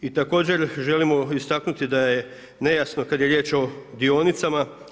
I također želimo istaknuti da je nejasno kada je riječ o dionicama.